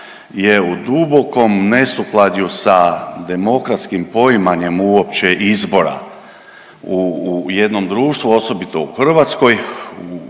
je u dubokom nesukladju sa demokratskim poimanjem uopće izbora u jednom društvu osobito u Hrvatskoj